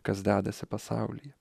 kas dedasi pasauly